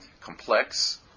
complex